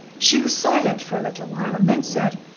she was silent for a little while and then said,